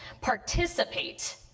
participate